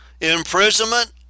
imprisonment